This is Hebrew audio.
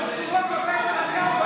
אני מודיע שרשימת הדוברים סגורה.